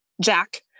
Jack